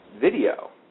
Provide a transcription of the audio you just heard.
video